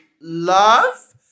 Love